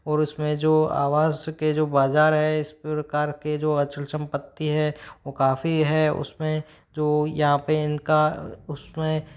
और उसमें जो आवाज़ के जो बाज़ार है सरकार के जो अचल संपत्ति है वो काफ़ी है उसमें जो यहाँ पे इनका उसमें